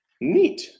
Neat